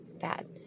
bad